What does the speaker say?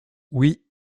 oui